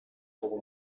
ubu